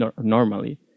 normally